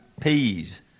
peas